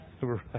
Right